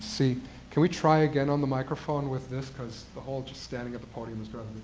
see can we try again on the microphone with this? because the whole just standing at the podium is